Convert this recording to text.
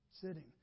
Sitting